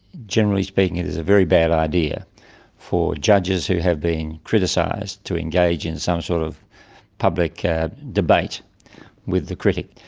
generally speaking it is a very bad idea for judges who have been criticised to engage in some sort of public debate with the critic.